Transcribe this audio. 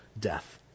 death